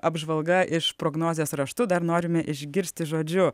apžvalga iš prognozės raštu dar norime išgirsti žodžiu